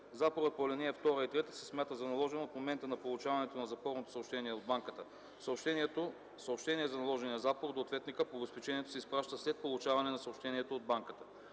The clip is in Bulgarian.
Запорът по ал. 2 и 3 се смята за наложен от момента на получаване на запорното съобщение от банката. Съобщение за наложения запор до ответника по обезпечението се изпраща след получаване на съобщението от банката.